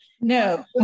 No